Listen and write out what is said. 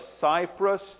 Cyprus